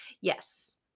yes